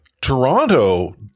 Toronto